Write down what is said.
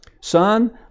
Son